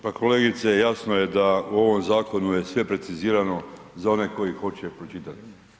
Pa kolegice, jasno je da je u ovom zakonu je sve precizirano za one koji hoće pročitati.